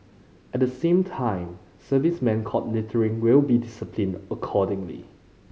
at the same time servicemen caught littering will be disciplined accordingly